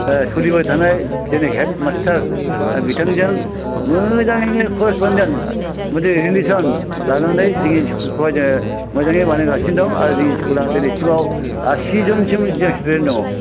सोलिबाय थानाय जोंनि हेद मास्तार बिथांजों मोजाङैनो क्ल'जमोन जों मोनसे रिलेस'न लानानै जोंनि स्कुलखौहाय जोङो मोजाङै बानायगासिनो दं आरो जोंनि स्कुला दिनैसिमाव आसिज'नसो स्थुदेन्ट दङ